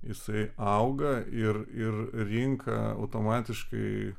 jisai auga ir ir rinka automatiškai